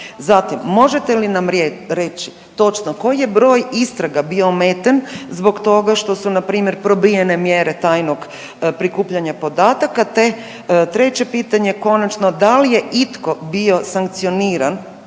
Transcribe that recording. Zatim, možete li nam reći točno koji je broj istraga bio ometen zbog toga što su npr. probijene mjere tajnog prikupljanja podataka te, treće pitanje, konačno, da li je itko bio sankcioniran